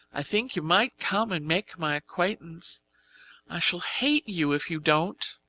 i think you might come and make my acquaintance i shall hate you if you don't!